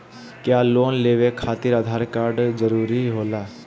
क्या लोन लेवे खातिर आधार कार्ड जरूरी होला?